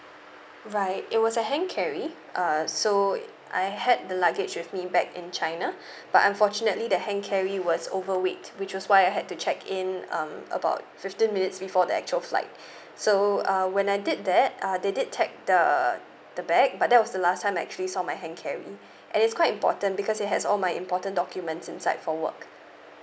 right it was a hand carry uh so I had the luggage with me back in china but unfortunately the hand carry was overweight which was why I had to check in um about fifteen minutes before the actual flight so uh when I did that uh they did tag the the bag but that was the last time I actually saw my hand carry and it's quite important because it has all my important documents inside for work